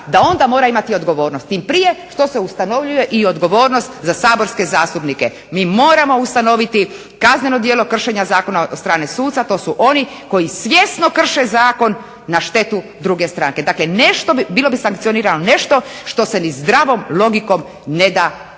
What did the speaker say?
da onda mora imati odgovornost tim prije što se ustanovljuje i odgovornost za saborske zastupnike. Mi moramo ustanoviti kazneno djelo kršenja zakona od strane suca. To su oni koji svjesno krše zakon na štetu druge stranke. Dakle, nešto bi, bilo bi sankcionirano nešto što se ni zdravom logikom ne da